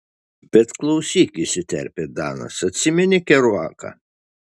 bet klausyk įsiterpė danas atsimeni keruaką